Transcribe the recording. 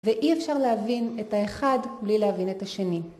ואי אפשר להבין את האחד בלי להבין את השני.